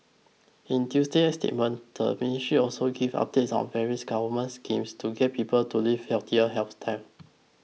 in Tuesday's statement the ministry also gave updates on various government schemes to get people to live healthier lifestyles